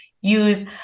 use